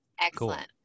Excellent